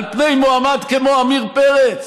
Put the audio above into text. על פני מועמד כמו עמיר פרץ,